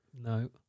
No